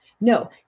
No